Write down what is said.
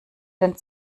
den